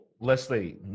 Leslie